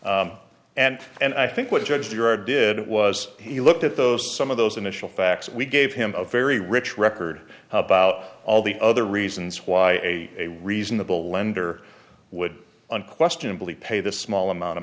decision and and i think what judge your did was he looked at those some of those initial facts we gave him a very rich record about all the other reasons why a reasonable lender would unquestionably pay the small amount of